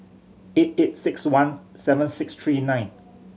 eight eight six one seven six three nine